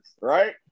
right